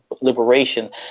liberation